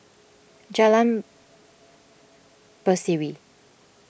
Jalan Berseri